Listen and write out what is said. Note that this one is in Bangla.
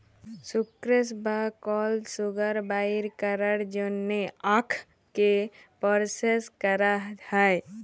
সুক্রেস বা কল সুগার বাইর ক্যরার জ্যনহে আখকে পরসেস ক্যরা হ্যয়